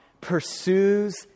pursues